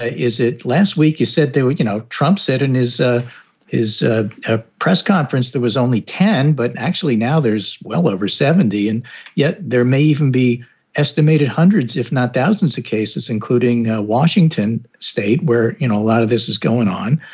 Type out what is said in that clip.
ah is it last week you said there were you know, trump said in his ah his ah ah press conference there was only ten. but actually now there's well over seventy. and yet there may even be estimated hundreds, if not thousands of cases, including washington state, where, you know, a lot of this is going on.